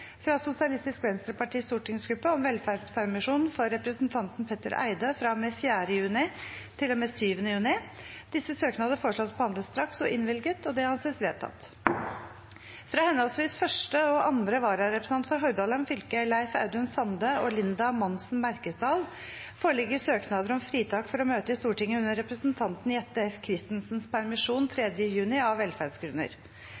fra Sosialistisk Venstrepartis stortingsgruppe om velferdspermisjon for representanten Petter Eide fra og med 4. juni til og med 7. juni Disse søknadene foreslås behandlet straks og innvilget. – Det anses vedtatt. Fra henholdsvis første og andre vararepresentant for Hordaland fylke, Leif Audun Sande og Linda Monsen Merkesdal , foreligger søknader om fritak for å møte i Stortinget under representanten Jette F. Christensens permisjon